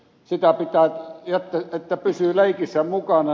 sitä pitää että pysyy leikissä mukana